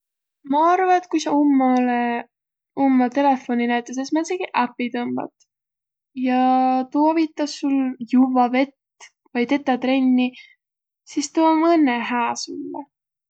Ma arva, et kui sa umalõ umma telefoni näütüses määntsegiq äpi tõmbat ja tuu avitas sul juvvaq vett vai tetäq trenni, sis tuu om õnnõ hää sullõ.